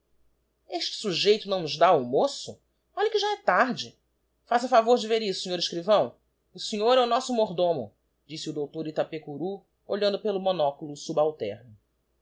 este sujeito não nos dá almoço olhe que já é tarde faça favor de ver isto sr escrivão o sr é o nosso mordomo disse o dr itapecurú olhando pelo monóculo o subalterno